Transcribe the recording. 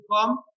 come